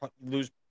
lose